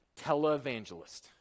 Televangelist